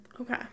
Okay